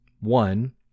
One